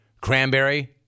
Cranberry